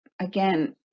again